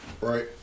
right